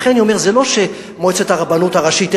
לכן אני אומר, זה לא שמועצת הרבנות הראשית החליטה.